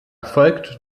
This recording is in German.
folgt